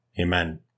Amen